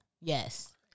Yes